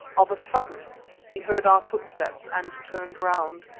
of a sudden he heard our footsteps and turned round,